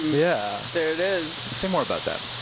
yeah. there it is. say more about that.